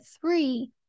three